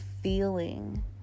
feeling